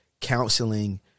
counseling